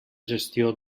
gestió